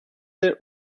their